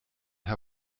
herr